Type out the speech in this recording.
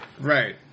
Right